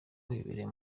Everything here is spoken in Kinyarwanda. wabereye